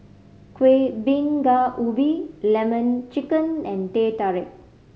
Kueh Bingka Ubi Lemon Chicken and Teh Tarik